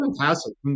fantastic